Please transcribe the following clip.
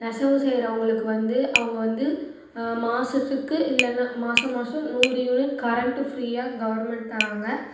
நெசவு செய்றவங்களுக்கு வந்து அவங்க வந்து மாதத்துக்கு இல்லைன்னா மாதம் மாதம் நூறு யூனிட் கரண்ட்டு ஃப்ரீயாக கவர்மெண்ட் தராங்க